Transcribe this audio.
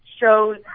shows